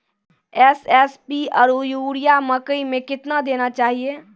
SSP आरु urea मकई मे कितना देना चाहिए?